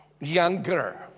younger